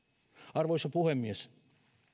arvoisa puhemies